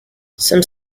some